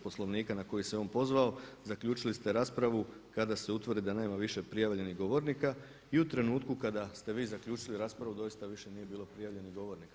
Poslovnika na koji se on pozvao, zaključili ste raspravu kada se utvrdi da nema više prijavljenih govornika i u trenutku kada ste vi zaključili raspravu doista više nije bilo prijavljenih govornika.